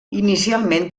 inicialment